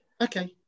okay